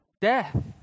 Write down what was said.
Death